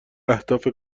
اهداف